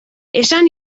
esan